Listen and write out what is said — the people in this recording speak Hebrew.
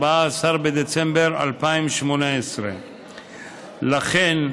14 בדצמבר 2018. לכן,